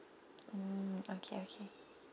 mm okay okay